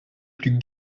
plus